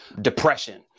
depression